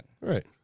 Right